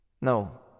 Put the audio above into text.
No